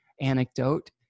anecdote